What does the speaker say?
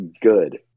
good